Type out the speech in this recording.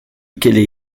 expliquer